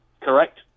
correct